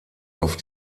auf